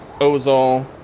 Ozol